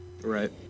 Right